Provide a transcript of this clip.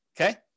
Okay